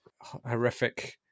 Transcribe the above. horrific